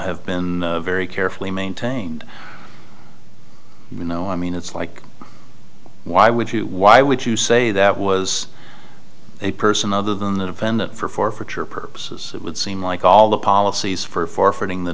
have been very carefully maintained you know i mean it's like why would you why would you say that was a person other than the defendant for forfeiture purposes it would seem like all the policies for forfeiting the